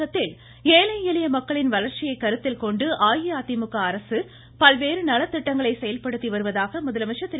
தமிழகத்தில் ஏழை எளிய மக்களின் வளர்ச்சியை கருத்தில் கொண்டு அஇஅதிமுக அரசு பல்வேறு நலத்திட்டங்களை செயல்படுத்தி வருவதாக முதலமைச்சர் திரு